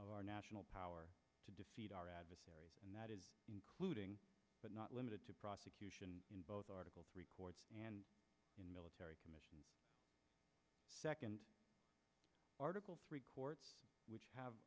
of our national power to defeat our adversaries and that is including but not limited to prosecution in both article three courts and in military commissions second article three courts which have